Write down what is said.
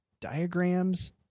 diagrams